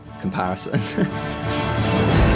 comparison